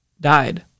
died